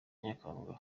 nyakanga